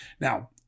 Now